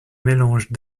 mélange